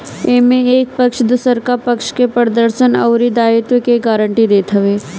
एमे एक पक्ष दुसरका पक्ष के प्रदर्शन अउरी दायित्व के गारंटी देत हवे